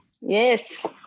Yes